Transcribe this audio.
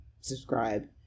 subscribe